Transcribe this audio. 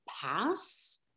pass